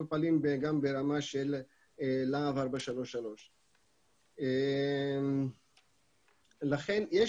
מטופלות גם ברמה של לה"ב 433. לכן יש